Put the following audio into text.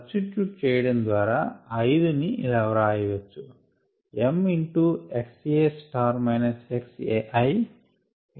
6 substitute చేయడం ద్వారా ని ఇలా వ్రాయవచ్చు Substituting can be written as m xA xAi NAky ఇంకా రి ఎరేంజ్ చేస్తే ఇలా వస్తుంది